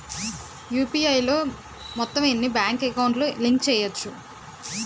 UPI లో మొత్తం ఎన్ని బ్యాంక్ అకౌంట్ లు లింక్ చేయచ్చు?